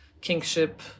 kingship